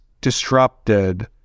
disrupted